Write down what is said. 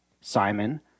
Simon